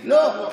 לא,